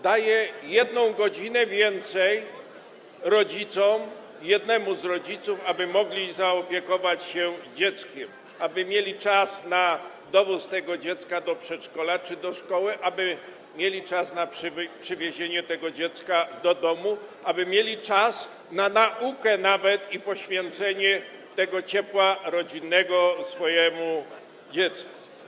Daje 1 godzinę więcej rodzicom, jednemu z rodziców, aby mogli zaopiekować się dzieckiem, aby mieli czas na dowóz dziecka do przedszkola czy do szkoły, aby mieli czas na przywiezienie dziecka do domu, aby mieli czas na naukę nawet i zapewnienie ciepła rodzinnego swojemu dziecku.